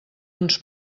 uns